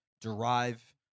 derive